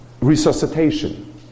resuscitation